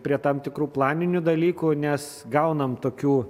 prie tam tikrų planinių dalykų nes gaunam tokių